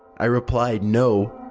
i replied no.